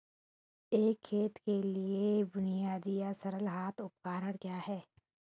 एक खेत के लिए बुनियादी या सरल हाथ उपकरण क्या हैं?